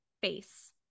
face